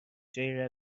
جایی